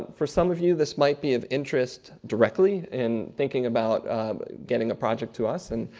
um for some of you this might be of interest directly, in thinking about getting a project to us. and,